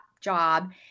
job